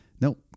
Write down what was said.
Nope